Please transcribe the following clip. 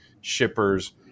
shippers